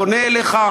אני פונה אליך,